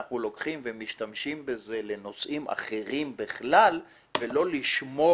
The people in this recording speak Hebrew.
אנחנו לוקחים ומשתמשים בו לנושאים אחרים בכלל במקום לשמור